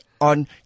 on